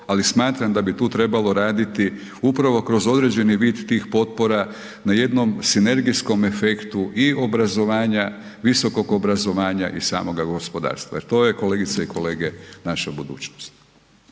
ali smatram da bi tu trebalo raditi upravo kroz određeni vid tih potpora na jednom sinergijskom efektu i obrazovanja, visokog obrazovanja i samoga gospodarstva jer to je kolegice i kolege, naša budućnost.